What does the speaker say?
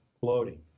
bloating